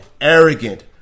arrogant